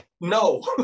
No